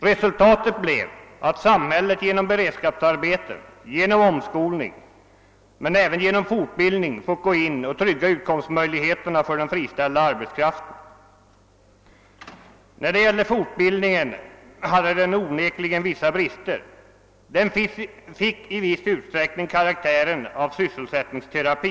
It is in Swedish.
Resultatet blev att samhället genom beredskapsarbeten och omskolning men även genom fortbildning fick träda in och trygga utkomstmöjligheterna för den friställda arbetskraften. Vad fortbildningen beträffar hade den onekligen vissa brister. Den fick i viss utsträckning karaktären av sysselsättningsterapi.